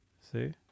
See